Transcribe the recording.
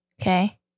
Okay